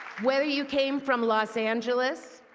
whether you came from los angeles,